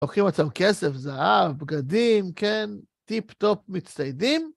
לוקחים איתם כסף, זהב, בגדים, כן? טיפ-טופ מצטיידים.